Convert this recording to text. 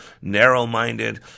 narrow-minded